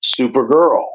Supergirl